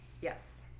Yes